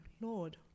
Lord